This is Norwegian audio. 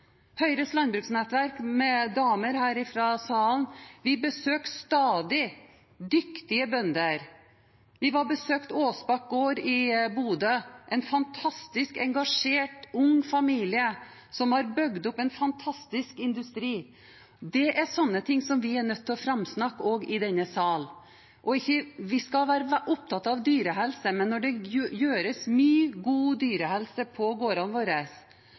Høyres landbruksnettverk, med damer her i salen, besøker stadig dyktige bønder. Vi besøkte Åsbakk Gård i Bodø – en fantastisk, engasjert ung familie som har bygd opp en fantastisk industri. Det er sånt vi er nødt til å snakke fram også i denne salen. Vi skal være opptatt av dyrehelse, men når det er mye god dyrehelse på gårdene våre,